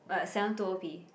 what seven two O P